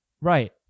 Right